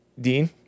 Dean